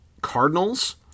Cardinals